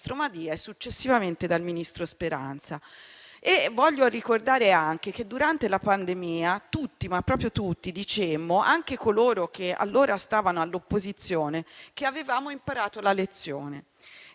e successivamente dal ministro Speranza. Voglio ricordare anche che, durante la pandemia, tutti, ma proprio tutti, anche coloro che allora stavano all'opposizione, dicevano di aver imparato la lezione.